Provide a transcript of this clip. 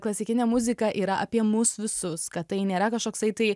klasikinė muzika yra apie mus visus kad tai nėra kažkoksai tai